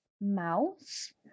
Mouse